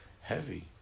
heavy